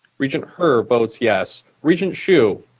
regent her votes yes. regent hsu?